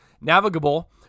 navigable